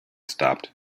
stopped